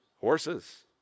Horses